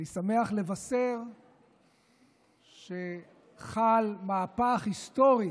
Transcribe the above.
אני שמח לבשר שחל מהפך היסטורי